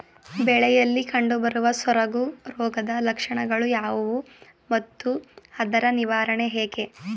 ಬೆಳೆಯಲ್ಲಿ ಕಂಡುಬರುವ ಸೊರಗು ರೋಗದ ಲಕ್ಷಣಗಳು ಯಾವುವು ಮತ್ತು ಅದರ ನಿವಾರಣೆ ಹೇಗೆ?